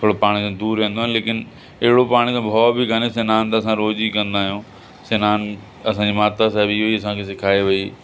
थोरो पाणी खां दूर रहंदो आहियां लेकिनि अहिड़ो पाणी खां भउ बि काने सिनानु त असां रोज़ु ई कंदा आहियूं सिनानु असांजी माता साहिबु इहो ई असांखे सेखारे वेई